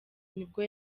nibwo